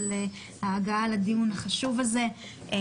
על ההגעה לדיון החשוב הזה.